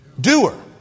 Doer